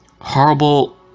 horrible